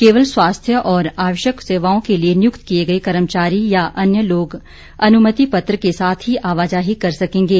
केवल स्वास्थ्य और आवश्यक सेवाओं के लिए नियुक्त किए गए कर्मचारी या अन्य लोग अनुमति पत्र के साथ ही आवाजाही कर सकेंगे